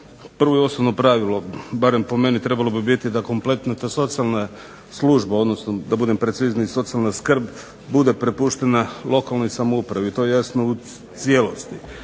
Prvo i osnovno pravilo barem po meni trebalo bi biti da kompletna ta socijalna služba, odnosno da budem precizniji socijalna skrb kao da je prepuštena lokalnoj samoupravi, tj. u cijelosti.